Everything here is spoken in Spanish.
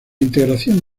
integración